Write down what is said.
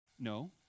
No